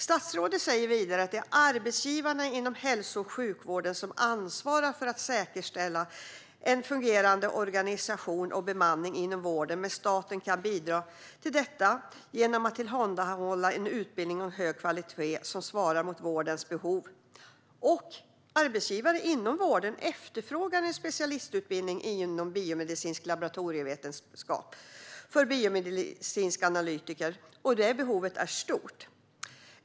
Statsrådet säger vidare att det är arbetsgivarna inom hälso och sjukvården som ansvarar för att säkerställa en fungerande organisation och bemanning inom vården men att staten kan bidra till detta genom att tillhandahålla en utbildning av hög kvalitet som svarar mot vårdens behov. Arbetsgivare inom vården efterfrågar en specialistutbildning inom biomedicinsk laboratorievetenskap för biomedicinska analytiker. Det behovet är stort.